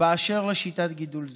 באשר לשיטת גידול זו.